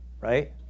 Right